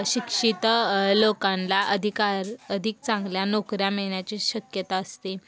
शिक्षित लोकांना अधिकार अधिक चांगल्या नोकऱ्या मिळण्याची शक्यता असते